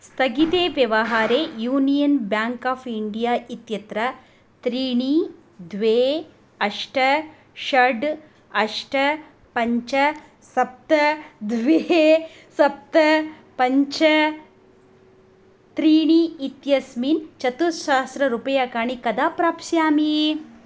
स्थगिते व्यवहारे union bank of India इत्यत्र त्रीणि द्वे अष्ट षड् अष्ट पञ्च सप्त द्वे सप्त पञ्च त्रीणि इत्यस्मिन् चतुस्सहस्ररूप्यकाणि कदा प्राप्स्यामि